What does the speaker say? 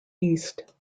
east